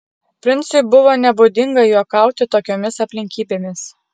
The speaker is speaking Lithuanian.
princui buvo nebūdinga juokauti tokiomis aplinkybėmis